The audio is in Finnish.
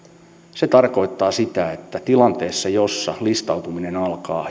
se tarkoittaa sitä että tilanteessa jossa listautuminen alkaa